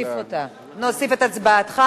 נוסיף אותה, נוסיף את הצבעתך.